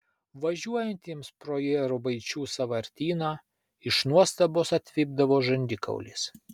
važiuojantiems pro jėrubaičių sąvartyną iš nuostabos atvipdavo žandikaulis